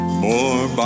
more